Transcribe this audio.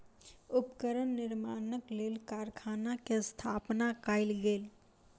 उपकरण निर्माणक लेल कारखाना के स्थापना कयल गेल